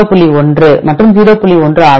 1 ஆகும்